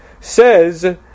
says